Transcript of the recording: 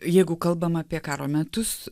jeigu kalbam apie karo metus